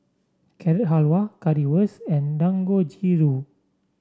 Carrot Halwa Currywurst and Dangojiru